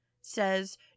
says